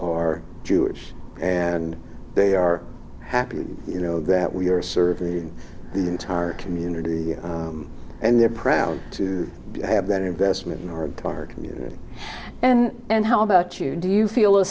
are jewish and they are happy you know that we are serving the entire community and they're proud to have an investment in our dark community and and how about you do you feel a